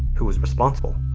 who was responsible?